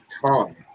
tongue